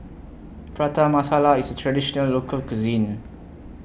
Prata Masala IS A Traditional Local Cuisine